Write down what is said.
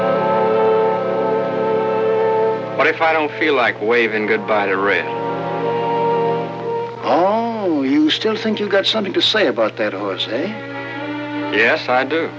what what if i don't feel like waving goodbye to read to you still think you've got something to say about that or say yes i do